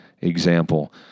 example